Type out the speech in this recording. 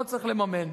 לא צריך לממן.